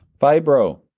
Fibro